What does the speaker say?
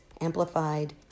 amplified